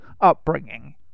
upbringing